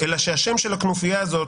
אלא שהשם של הכנופיה הזאת